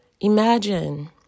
imagine